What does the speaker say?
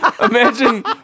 imagine